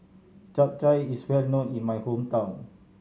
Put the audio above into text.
Chap Chai is well known in my hometown